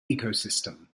ecosystem